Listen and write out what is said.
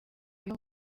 biga